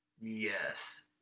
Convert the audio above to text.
Yes